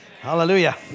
Hallelujah